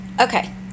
Okay